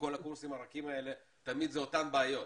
בכל הקורסים הרכים האלה, תמיד זה אותן בעיות.